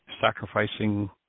sacrificing